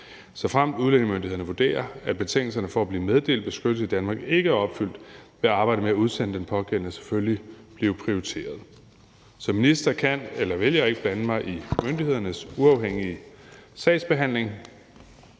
Såfremt udlændingemyndighederne vurderer, at betingelserne for at blive meddelt beskyttelse i Danmark ikke er opfyldt, vil arbejdet med at udsende den pågældende selvfølgelig blive prioriteret. Som minister kan eller vil jeg ikke blande mig i myndighedernes uafhængige sagsbehandling.